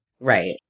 right